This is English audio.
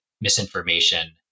misinformation